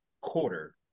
quarter